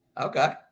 Okay